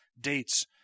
dates